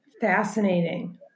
Fascinating